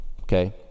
Okay